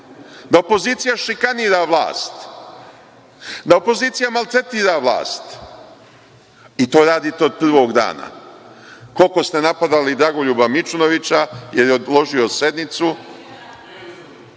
da opozicija šikanira vlast, da opozicija maltretira vlast i to radite od prvog dana. Koliko ste napadali Dragoljuba Mićunovića, jer je odložio sednicu,